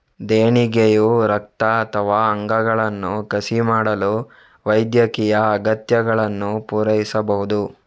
ದೇಣಿಗೆಯು ರಕ್ತ ಅಥವಾ ಅಂಗಗಳನ್ನು ಕಸಿ ಮಾಡಲು ವೈದ್ಯಕೀಯ ಅಗತ್ಯಗಳನ್ನು ಪೂರೈಸಬಹುದು